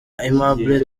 aimable